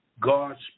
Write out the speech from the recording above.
God's